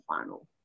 final